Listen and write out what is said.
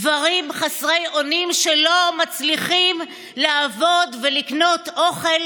גברים חסרי אונים שלא מצליחים לעבוד ולקנות אוכל,